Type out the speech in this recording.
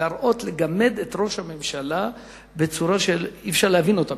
לגמד את ראש הממשלה בצורה שאי-אפשר להבין בכלל.